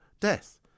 death